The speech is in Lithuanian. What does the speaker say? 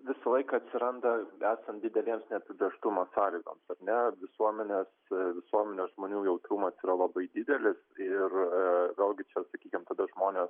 visą laiką atsiranda esant dideliems neapibrėžtumo sąlygoms ar ne visuomenės visuomenės žmonių jautrumas yra labai didelis ir vėl gi čia sakykim kada žmonės